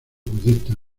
budistas